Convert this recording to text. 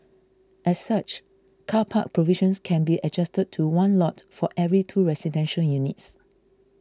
as such car park provisions can be adjusted to one lot for every two residential units